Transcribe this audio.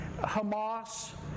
Hamas